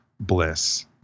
bliss